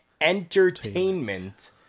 entertainment